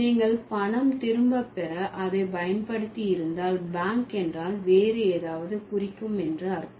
நீங்கள் பணம் திரும்ப பெற அதை பயன்படுத்தி இருந்தால் பேங்க் என்றால் வேறு ஏதாவது குறிக்கும் என்று அர்த்தம்